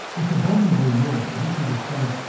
this abominable law, which, it is said,